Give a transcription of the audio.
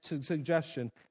suggestion